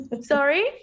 sorry